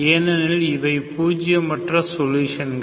ஏனெனில் அவை பூஜியமற்ற சொலுஷன்கள்